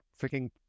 freaking